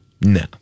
no